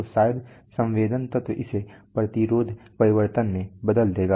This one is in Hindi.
तो शायद संवेदन तत्व इसे प्रतिरोध परिवर्तन में बदल देगा